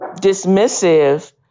dismissive